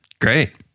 Great